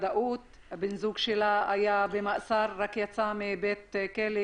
בן הזוג שלה היה במאסר ורק יצא מבית הכלא,